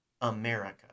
America